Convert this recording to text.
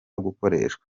gukoreshwa